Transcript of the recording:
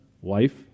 wife